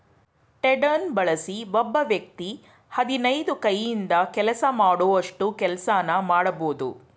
ಟೆಡರ್ನ ಬಳಸಿ ಒಬ್ಬ ವ್ಯಕ್ತಿ ಹದಿನೈದು ಕೈಯಿಂದ ಕೆಲಸ ಮಾಡೋಷ್ಟು ಕೆಲ್ಸನ ಮಾಡ್ಬೋದು